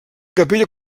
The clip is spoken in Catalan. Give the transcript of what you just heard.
capella